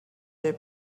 the